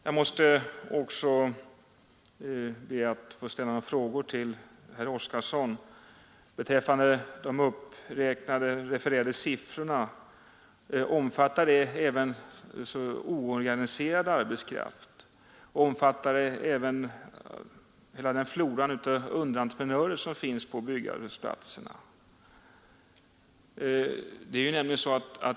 Jag skulle vilja fråga herr Oskarson om de refererade siffrorna omfattar även oorganiserad arbetskraft och om de omfattar hela den flora av underentreprenörer som finns på byggplatserna.